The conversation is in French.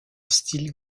style